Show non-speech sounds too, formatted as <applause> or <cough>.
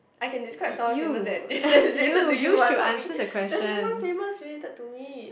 I can describe someone famous that <laughs> that is related to you what not me there's no one famous related to me